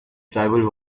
tribal